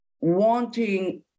wanting